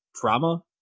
drama